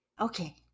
Okay